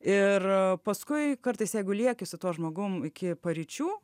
ir paskui kartais jeigu lieki su tuo žmogum iki paryčių